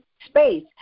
space